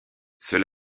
ceux